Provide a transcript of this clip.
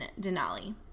Denali